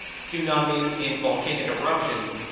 tsunami's, and volcanic eruptions,